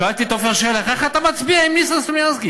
שאלתי את עפר שלח: איך אתה מצביע עם ניסן סלומינסקי,